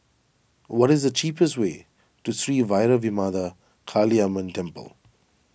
what is the cheapest way to Sri Vairavimada Kaliamman Temple